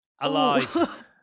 Alive